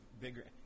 bigger –